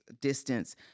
distance